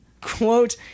quote